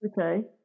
okay